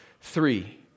Three